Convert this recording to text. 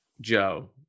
Joe